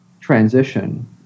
transition